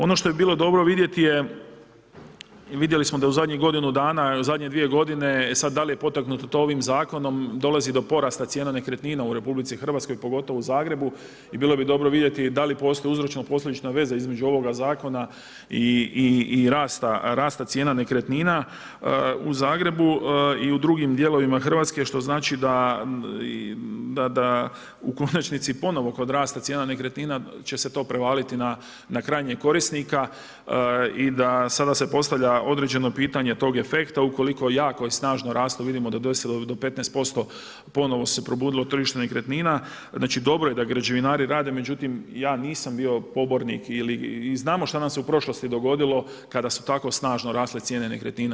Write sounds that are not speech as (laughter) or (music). Ono što bi bilo dobro vidjeti je, vidjeli smo da u zadnjih godinu dana, zadnje 2 godine, sad dal je potaknuto to ovim zakonom, dolazi do porasta cijena nekretnina u RH, pogotovo u Zagrebu i bilo bi dobro vidjeti da li postoji uzročno-posljedična veza između ovoga zakona i rasta cijena nekretnina u Zagrebu i u drugim dijelovima Hrvatske što znači da u konačnici ponovno kod rasta cijena nekretnina će se to prevaliti na krajnjeg korisnika i da sada se postavlja određeno pitanje tog efekta, ukoliko … (unintelligible) snažnog rasta, vidimo do 15% ponovo se probudilo tržište nekretnina, znači dobro je da građevinari rade, međutim ja nisam bio pobornik i znamo što nam se u prošlosti dogodilo kada su tako snažno rasle cijene nekretnina.